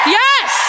yes